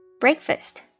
breakfast